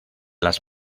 las